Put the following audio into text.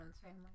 Family